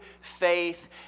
faith